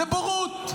זו בורות.